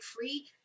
free